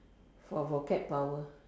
for vocab power